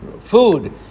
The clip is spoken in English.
Food